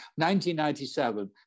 1997